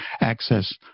access